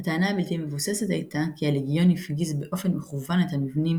הטענה הבלתי מבוססת הייתה כי הלגיון הפגיז באופן מכוון את המבנים